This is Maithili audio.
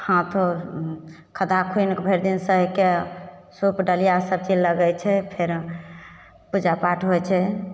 हाथ आओर खद्धा खुनिकऽ भरिदिन सहिके सूप डलिया सबचीज लगय छै फेर पूजापाठ होइ छै